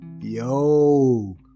Yo